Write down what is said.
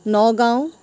Nagaon